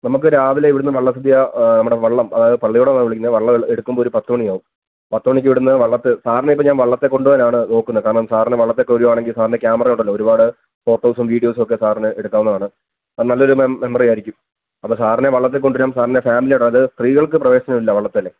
നമുക്ക് രാവിലെ ഇവിടുന്ന് വള്ളസദ്യ നമ്മുടെ വള്ളം അതായത് പള്ളിയോടം എന്ന് വിളിക്കുന്ന വള്ളം എടുക്കുമ്പോൾ പത്ത് മണിയാകും പത്ത് മണിക്ക് ഇവിടുന്ന് വള്ളത്തിൽ സാറിനെ ഇപ്പം ഞാൻ വള്ളത്തിൽ കൊണ്ടുപോവാനാണ് നോക്കുന്നത് കാരണം സാറിന് വള്ളത്തിലൊക്കെ വരുകയാണെങ്കിൽ സാറിന് കാമറ ഉണ്ടല്ലോ ഒരുപാട് ഫോട്ടോസും വീഡിയോസും ഒക്കെ സാറിന് എടുക്കാവുന്നതാണ് നല്ലൊരു മെമ്മറി ആയിരിക്കും അപ്പം സാറിനെ വള്ളത്തിൽ കൊണ്ട് വരാം സാറിന്റെ ഫേമിലിയെ അതായത് സ്ത്രീകള്ക്ക് പ്രവേശനമില്ല വള്ളത്തിൽ